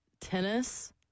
Tennis